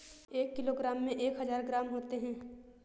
एक किलोग्राम में एक हजार ग्राम होते हैं